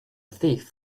thief